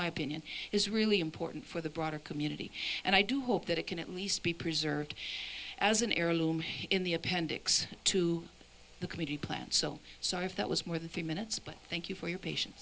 my opinion is really important for the broader community and i do hope that it can at least be preserved as an heirloom in the appendix to the committee plan so sorry if that was more than three minutes but thank you for your patien